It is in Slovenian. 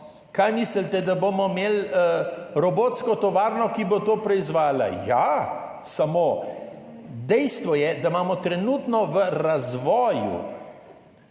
Kaj mislite, da bomo imeli robotsko tovarno, ki bo to proizvajala? Ampak dejstvo je, da imamo trenutno v razvoju